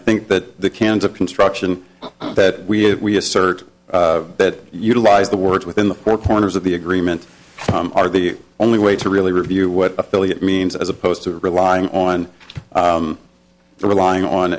think that the cans of construction that we have we assert that utilize the work within the four corners of the agreement are the only way to really review what affiliate means as opposed to relying on the relying on